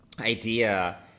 idea